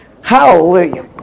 Hallelujah